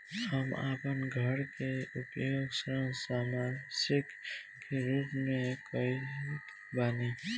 हम आपन घर के उपयोग ऋण संपार्श्विक के रूप में कइले बानी